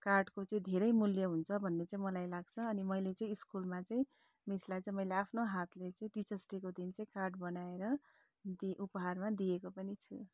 कार्डको चाहिँ धेरै मूल्य हुन्छ भन्ने चाहिँ मलाई लाग्छ अनि मैले चाहिँ स्कुलमा चाहिँ मिसलाई चाहिँ मैले आफ्नो हातले चाहिँ टिचर्स डेको दिन चाहिँ कार्ड बनाएर दिएँ उपहारमा दिएको पनि छु